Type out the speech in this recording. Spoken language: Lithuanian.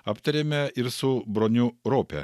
aptarėme ir su broniu rope